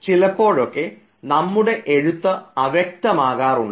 ചിലപ്പോഴൊക്കെ നമ്മുടെ എഴുത്ത് അവ്യക്തമാകാറുണ്ട്